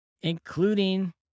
including